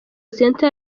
centre